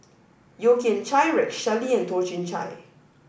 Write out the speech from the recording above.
Yeo Kian Chai Rex Shelley and Toh Chin Chye